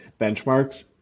benchmarks